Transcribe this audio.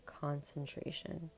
concentration